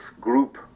group